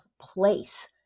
place